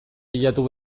bilatu